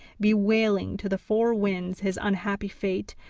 bewailing to the four winds his unhappy fate,